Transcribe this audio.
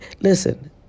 listen